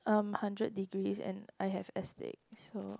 um hundred degrees and I have astig so